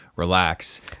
relax